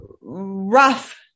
rough